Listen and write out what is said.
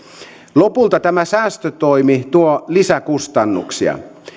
lopulta tämä säästötoimi tuo lisäkustannuksia